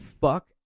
fuck